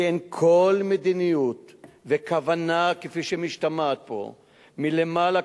כי אין כל מדיניות וכוונה כפי שמשתמעת פה מלמעלה,